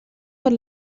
per